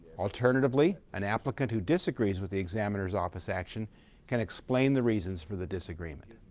alternatively, an applicant who disagrees with the examiner's office action can explain the reasons for the disagreement.